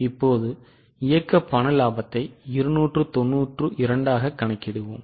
இப்போது இயக்க பண இலாபத்தை 292 ஆகக் கணக்கிடுவோம்